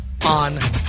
on